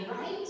right